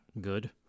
good